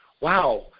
wow